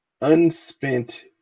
unspent